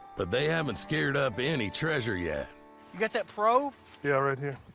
but they haven't scared up any treasure yet. you got that yeah, right here.